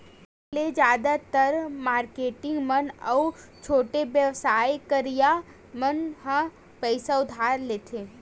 bank ले जादातर marketing मन अउ छोटे बेवसाय करइया मन ह पइसा उधार लेथे